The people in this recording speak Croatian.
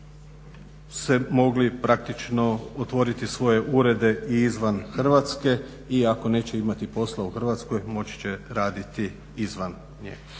se mogli praktično otvoriti svoje urede i izvan Hrvatske i ako neće imati posla u Hrvatskoj moći će raditi izvan nje.